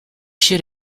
should